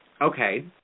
Okay